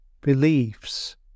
beliefs